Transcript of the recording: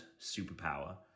superpower